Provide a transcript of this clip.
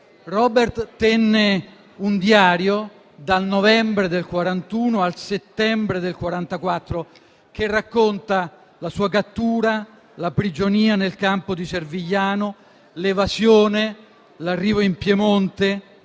Robert tenne un diario dal novembre del 1941 al settembre del 1944, che racconta la sua cattura, la prigionia nel campo di Servigliano, l'evasione, l'arrivo in Piemonte,